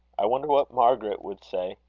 i wonder what margaret would say.